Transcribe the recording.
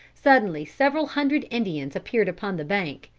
suddenly several hundred indians appeared upon the bank,